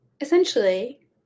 Essentially